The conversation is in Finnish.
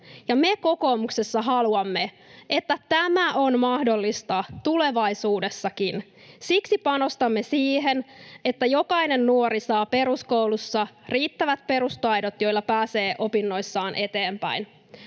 Me kokoomuksessa haluamme, että tämä on mahdollista tulevaisuudessakin. Siksi panostamme siihen, että jokainen nuori saa peruskoulussa riittävät perustaidot, joilla pääsee opinnoissaan eteenpäin.